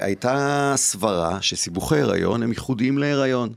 הייתה סברה שסיבוכי הריון הם ייחודים להיריון